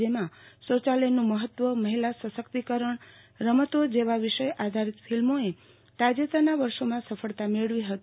જેમાં શૌચાલયનું મહત્વ મહિલા સશક્તિકરણ રમતો જેવા વિષયો આધારીત ફિલ્મોએ તાજેતરના વર્ષોમાં સફળતા મેળવી હતી